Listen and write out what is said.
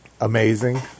amazing